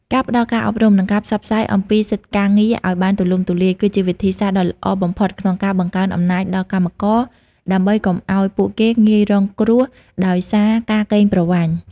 ការផ្តល់ការអប់រំ និងការផ្សព្វផ្សាយអំពីសិទ្ធិការងារឱ្យបានទូលំទូលាយ គឺជាវិធីសាស្ត្រដ៏ល្អបំផុតក្នុងការបង្កើនអំណាចដល់កម្មករ ដើម្បីកុំឱ្យពួកគេងាយរងគ្រោះដោយសារការកេងប្រវ័ញ្ច។